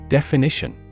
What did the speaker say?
Definition